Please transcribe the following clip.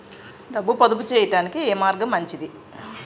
డబ్బు పొదుపు చేయటానికి ఏ మార్గం మంచిది?